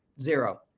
Zero